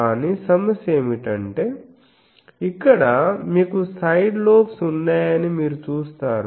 కానీ సమస్య ఏమిటంటే ఇక్కడ మీకు సైడ్ లోబ్స్ ఉన్నాయని మీరు చూస్తారు